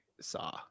saw